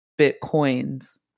Bitcoins